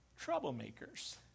troublemakers